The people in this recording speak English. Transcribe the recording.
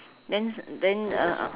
then then uh